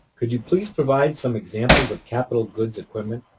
could you please provide some examples of capital goods equipment?